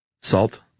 salt